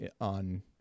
on